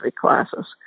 classes